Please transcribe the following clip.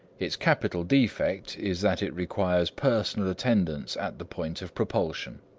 its capital defect is that it requires personal attendance at the point of propulsion.